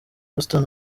houston